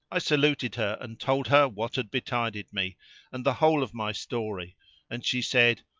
i saluted her and told her what had betided me and the whole of my story and she said,